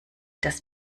das